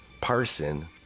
person